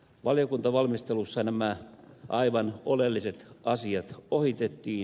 valiokuntavalmistelussa nämä aivan oleelliset asiat ohitettiin